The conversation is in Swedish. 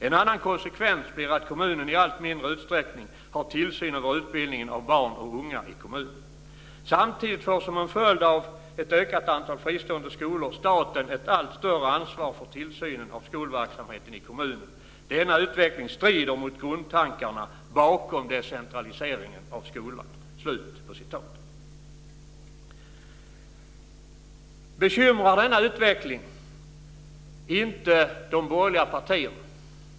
En annan konsekvens blir att kommunen i allt mindre utsträckning har tillsyn över utbildningen av barn och unga i kommunen. Samtidigt får, som en följd av ett ökat antal fristående skolor, staten ett allt större ansvar för tillsynen av skolverksamheten i kommunen. Denna utveckling strider mot grundtankarna bakom decentraliseringen av ansvaret för skolan." Bekymrar denna utveckling inte de borgerliga partierna?